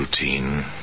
routine